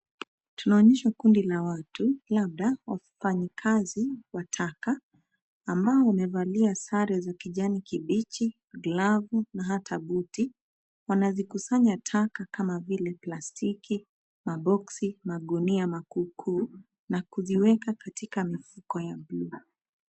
Tunaonyeshwa kundi la watu labda wafanyikazi wa taka ambao wamevalia sare za kijani kibichi, glavu na hata buti. Wanazikusanya taka kama vile plastiki, maboxi, maguniamakukuu na kuziweka aktika mifuko ya buluu.